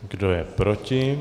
Kdo je proti?